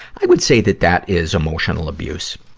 i would say that that is emotional abuse.